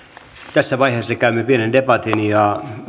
tässä vaiheessa käymme pienen debatin ja